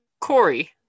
Corey